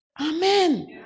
Amen